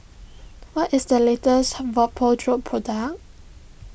what is the latest Vapodrops product